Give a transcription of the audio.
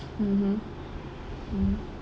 mmhmm mm